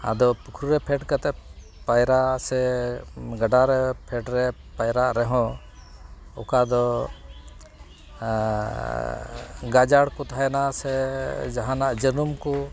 ᱟᱫᱚ ᱯᱩᱠᱷᱨᱤᱨᱮ ᱯᱷᱮᱰ ᱠᱟᱛᱮᱫ ᱯᱟᱭᱨᱟ ᱥᱮ ᱜᱟᱰᱟᱨᱮ ᱯᱷᱮᱰᱨᱮ ᱯᱟᱭᱨᱟ ᱨᱮᱦᱚᱸ ᱚᱠᱟᱫᱚ ᱜᱟᱡᱟᱲᱠᱚ ᱛᱮᱦᱮᱱᱟ ᱥᱮ ᱡᱟᱦᱟᱱᱟᱜ ᱡᱟᱹᱱᱩᱢ ᱠᱚ